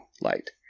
light